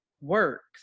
works